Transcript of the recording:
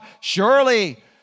surely